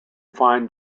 fine